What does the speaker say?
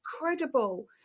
incredible